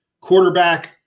quarterback